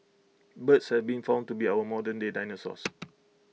birds have been found to be our modernday dinosaurs